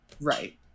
Right